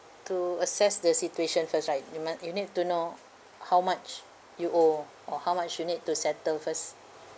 to assess the situation first right you might you need to know how much you owe or how much you need to settle first